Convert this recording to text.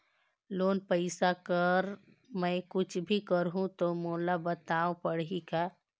Loan पइसा कर मै कुछ भी करहु तो मोला बताव पड़ही का?